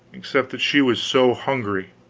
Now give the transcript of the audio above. except that she was so hungry!